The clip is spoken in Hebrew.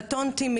קטונתי.